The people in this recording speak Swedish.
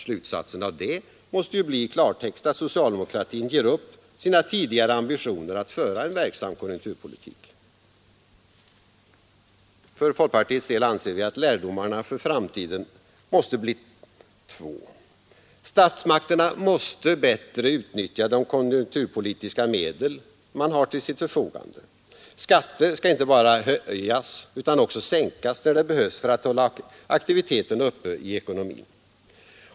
Slutsatsen av det måste bli i klartext, att socialdemokratin ger upp sina tidigare ambitioner att föra en verksam konjunkturpolitik. För folkpartiets del anser vi att lärdomarna för framtiden måste bli två: 1. Statsmakterna måste bättre utnyttja de konjunkturpolitiska medel man har till sitt förfogande. Skatter skall inte bara höjas utan också sänkas när det behövs för att hålla aktiviteten uppe i ekonomin.